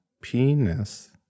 Penis